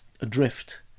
adrift